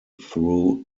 through